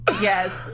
yes